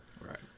Right